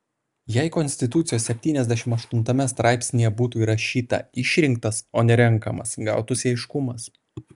jei konstitucijos septyniasdešimt aštuntame straipsnyje būtų įrašyta išrinktas o ne renkamas gautųsi aiškumas